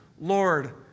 Lord